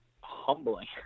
humbling